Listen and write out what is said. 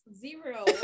zero